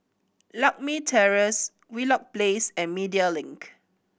Lakme Terrace Wheelock Place and Media Link